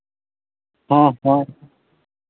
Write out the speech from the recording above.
ᱦᱚᱸ ᱦᱳᱭ